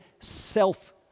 self